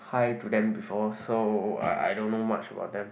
hi to them before so I I don't know much about them